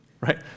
right